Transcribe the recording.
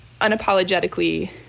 unapologetically